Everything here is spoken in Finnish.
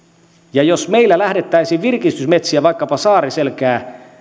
ja jos meillä lähdettäisiin virkistysmetsiä vaikkapa saariselkää